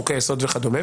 חוקי-יסוד וכדומה?